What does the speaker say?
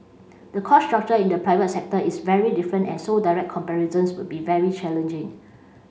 the cost structure in the private sector is very different and so direct comparisons would be very challenging